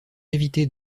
éviter